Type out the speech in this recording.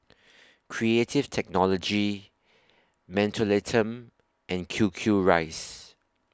Creative Technology Mentholatum and Q Q Rice